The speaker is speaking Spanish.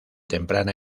temprana